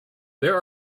there